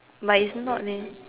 but it's not leh